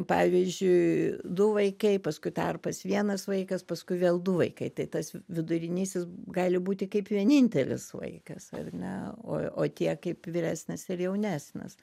pavyzdžiui du vaikai paskui tarpas vienas vaikas paskui vėl du vaikai tai tas vidurinysis gali būti kaip vienintelis vaikas ar ne o o tie kaip vyresnis ir jaunesnis